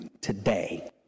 today